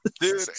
Dude